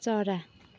चरा